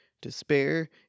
despair